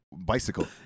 Bicycle